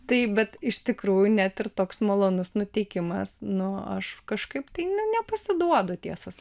taip bet iš tikrųjų net ir toks malonus nuteikimas nu aš kažkaip tai ne nepasiduodu tiesą sakant